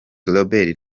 robert